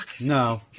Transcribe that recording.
No